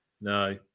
No